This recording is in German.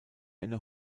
eine